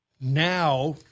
Now